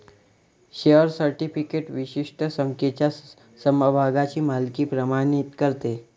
share certificate विशिष्ट संख्येच्या समभागांची मालकी प्रमाणित करते